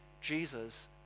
Jesus